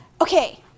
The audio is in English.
okay